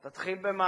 תתחיל במעשים.